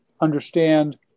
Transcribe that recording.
understand